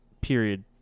period